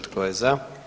Tko je za?